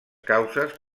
causes